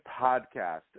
podcast